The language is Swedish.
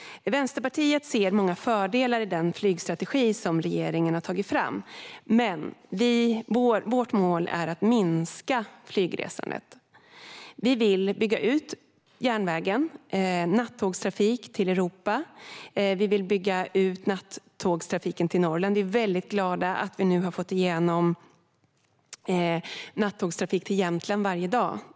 Vänsterpartiet ser många fördelar med den flygstrategi som regeringen har tagit fram, men vårt mål är att minska flygresandet. Vi vill bygga ut järnvägen med nattågstrafik till Europa, och vi vill bygga ut nattågstrafiken till Norrland. Vi är väldigt glada att vi nu har fått igenom nattågstrafik till Jämtland varje dag.